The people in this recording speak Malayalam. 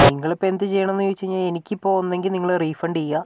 നിങ്ങളിപ്പോൾ എന്തു ചെയ്യണമെന്ന് ചോദിച്ചു കഴിഞ്ഞാൽ എനിക്കിപ്പോൾ ഒന്നെങ്കിൽ നിങ്ങള് റീഫണ്ട് ചെയ്യുക